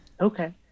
okay